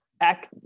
act